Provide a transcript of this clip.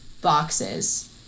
boxes